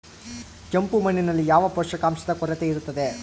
ಕೆಂಪು ಮಣ್ಣಿನಲ್ಲಿ ಯಾವ ಪೋಷಕಾಂಶದ ಕೊರತೆ ಇರುತ್ತದೆ?